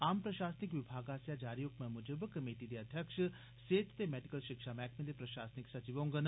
आम प्रशासनिक विभाग आसेया जारी हु कमै मुजब कमेटी दे अध्यक्ष सेहत ते मैडिकल शिक्षा मैहकमे दे प्रशासनिक सचिव होंगन